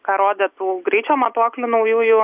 ką rodė tų greičio matuoklių naujųjų